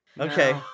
Okay